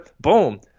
Boom